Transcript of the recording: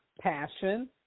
passion